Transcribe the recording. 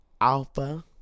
Alpha